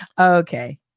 Okay